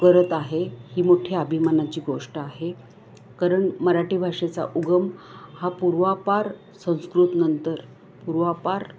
करत आहे ही मो्ठी अभिमानाची गोष्ट आहे करण मराठी भाषेचा उगम हा पूर्वापार संस्कृतनंतर पूर्वापार